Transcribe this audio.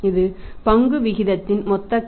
இது பங்கு விகிதத்தின் மொத்த கடன்